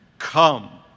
Come